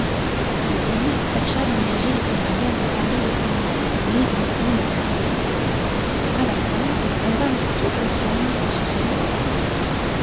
le calife tâcha d'engager les calenders à parler les premiers mais ils s'en excusèrent à la fin ils convinrent tous ensemble que ce serait le porteur